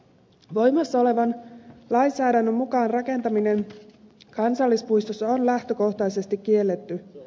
voimassa olevan lainsäädännön mukaan rakentaminen kansallispuistossa on lähtökohtaisesti kielletty